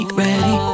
ready